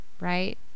Right